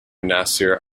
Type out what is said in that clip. nasser